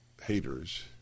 Haters